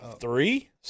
Three